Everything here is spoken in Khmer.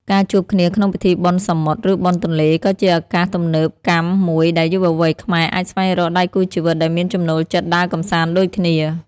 ការជួបគ្នាក្នុងពិធីបុណ្យសមុទ្រ ឬបុណ្យទន្លេ ក៏ជាឱកាសទំនើបកម្មមួយដែលយុវវ័យខ្មែរអាចស្វែងរកដៃគូជីវិតដែលមានចំណូលចិត្តដើរកម្សាន្តដូចគ្នា។